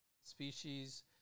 species